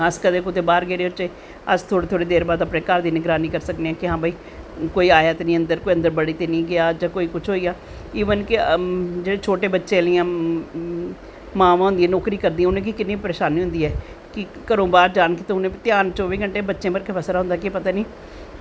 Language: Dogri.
अस कदैं कुतै बाह्र गेदे होचै अस थोह्ड़े थोह्ड़े देर बाद अपनें घर दी निगरानी करी सकनें कि कोई आया ते नी अन्दर कोई बड़ी ते नी गेआ अन्दर जां कोई कुश होईया इवन के जेह्ड़ी छोटे बच्चे आह्लियां मावां होंदियां नौकरी करदियां उनोेंगी किन्नी परेशानी होंदी कि घरो बाह्र जान बी ते ध्यान चौह्बी घैंटे बच्चें पर गै होंदा कि पता नी